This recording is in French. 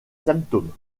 symptômes